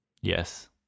yes